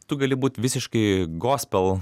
tu gali būt visiškai gospel